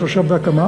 שהוא עכשיו בהקמה,